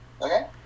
Okay